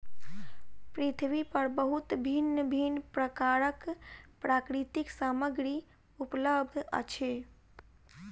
पृथ्वी पर बहुत भिन्न भिन्न प्रकारक प्राकृतिक सामग्री उपलब्ध अछि